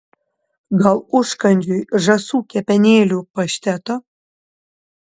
gal užkandžiui žąsų kepenėlių pašteto